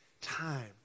Time